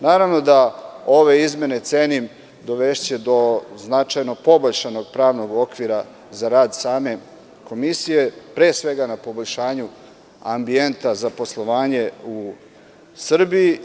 Naravno da će ove izmene, cenim, dovesti do značajno poboljšanog pravnog okvira za rad same Komisije, pre svega na poboljšanju ambijenta za poslovanje u Srbiji.